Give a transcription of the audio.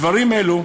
דברים אלו,